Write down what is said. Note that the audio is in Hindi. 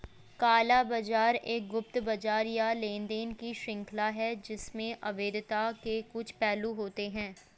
काला बाजार एक गुप्त बाजार या लेनदेन की श्रृंखला है जिसमें अवैधता के कुछ पहलू होते हैं